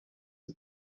for